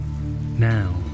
now